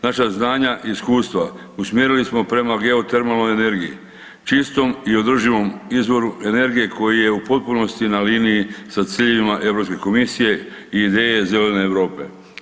Naša znanja i iskustva usmjerili smo prema geotermalnoj energiji, čistom i održivom izvoru energije koji je u potpunosti na liniji sa ciljevima Europske komisije i ideje zelene Europe.